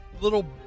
little